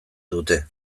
dute